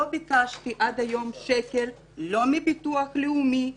לא ביקשתי עד היום שקל לא מביטוח לאומי.